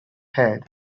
had